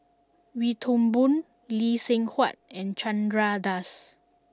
Wee Toon Boon Lee Seng Huat and Chandra Das